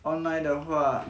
online 的话